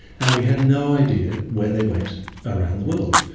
and we had no idea where they went around the world.